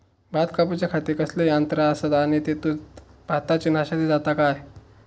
भात कापूच्या खाती कसले यांत्रा आसत आणि तेतुत भाताची नाशादी जाता काय?